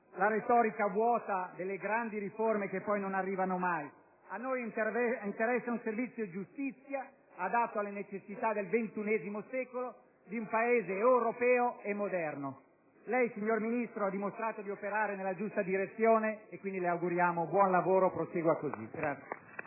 la retorica vuota delle grandi riforme che poi non arrivano mai. A noi interessa un servizio giustizia adatto alle necessità del ventunesimo secolo e di un Paese europeo e moderno. Lei, signor Ministro, ha dimostrato di operare nella giusta direzione. Quindi, le auguriamo buon lavoro. Prosegua così.